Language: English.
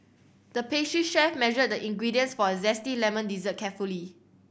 the pastry chef measured the ingredients for a zesty lemon dessert carefully